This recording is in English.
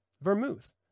Vermouth